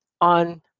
on